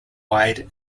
wide